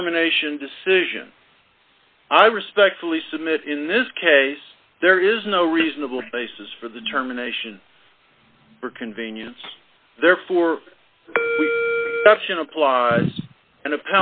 terminations decision i respectfully submit in this case there is no reasonable basis for the determination or convenience therefore a